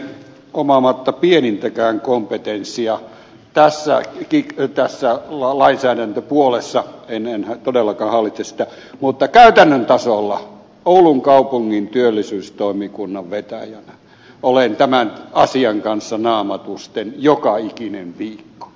omaamatta pienintäkään kompetenssia tässä kiik pyytäessään valaisee noin puolessa lainsäädäntöpuolessa enhän todellakaan hallitse sitä käytännön tasolla oulun kaupungin työllisyystoimikunnan vetäjänä olen tämän asian kanssa naamatusten joka ikinen viikko